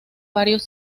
varios